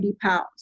pounds